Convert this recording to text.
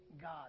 God